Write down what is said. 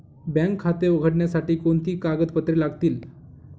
Bank खाते उघडण्यासाठी कोणती कागदपत्रे लागतील?